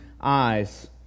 eyes